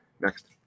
next